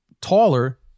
taller